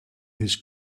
his